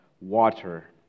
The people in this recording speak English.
water